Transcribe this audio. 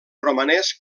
romanès